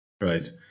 right